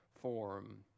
form